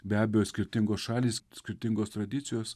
be abejo skirtingos šalys skirtingos tradicijos